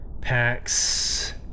packs